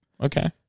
okay